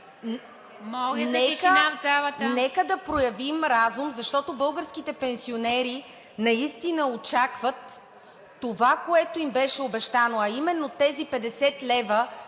в залата! ЦЕЦКА БАЧКОВА: Нека да проявим разум, защото българските пенсионери наистина очакват това, което им беше обещано, а именно тези 50 лв.,